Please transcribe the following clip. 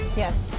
yes.